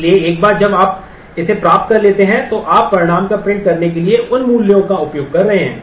इसलिए एक बार जब आप इसे प्राप्त कर लेते हैं तो आप परिणाम का प्रिंट करने के लिए उन मूल्यों का उपयोग कर रहे हैं